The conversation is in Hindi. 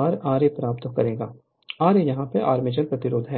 R ra प्राप्त करेगा ra आर्मेचर प्रतिरोध है